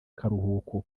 karuhuko